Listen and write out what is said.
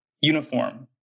uniform